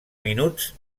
minuts